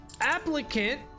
applicant